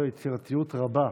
אין ספק שהייתה בזה יצירתיות רבה.